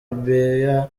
libya